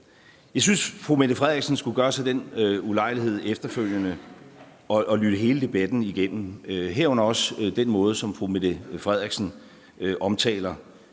Jeg synes, fru Mette Frederiksen skulle gøre sig den ulejlighed efterfølgende at lytte hele debatten igennem, herunder også den måde, som fru Mette Frederiksen omtaler